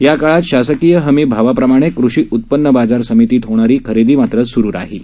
या काळात शासकीय हमी भावाप्रमाणे कृषिउत्पन्न बाजार समितीत होणारी खरेदी सुरू राहील